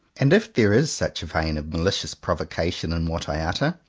and if there is such a vein of malicious provocation in what i utter,